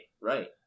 right